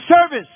service